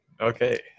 okay